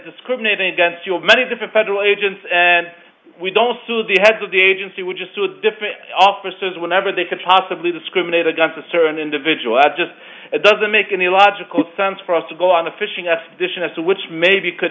discriminating against your many different federal agents and we don't do the heads of the agency which is two different officers whenever they can possibly discriminate against a certain individual that just doesn't make any logical sense for us to go on a fishing expedition as to which maybe could